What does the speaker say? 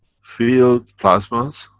field-plasmas.